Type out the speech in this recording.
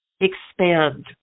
expand